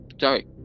sorry